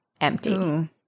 empty